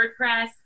WordPress